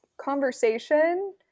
conversation